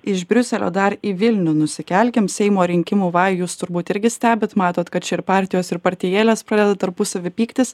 iš briuselio dar į vilnių nusikelkim seimo rinkimų vajus turbūt irgi stebit matot kad čia ir partijos ir partijėlės pradeda tarpusavy pyktis